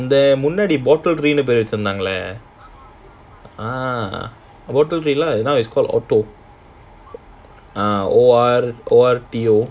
முன்னாடி பேரு வெச்சி இருந்தாங்க:munnadi peru wechi irunthaanga lah ah now is called ORTO O R T O